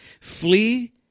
flee